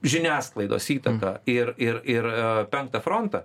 žiniasklaidos įtaką ir ir ir penktą frontą